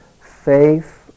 faith